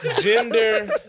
gender